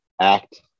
act